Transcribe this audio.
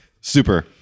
Super